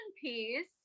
piece